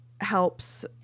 helps